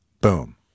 Boom